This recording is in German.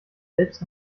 selbst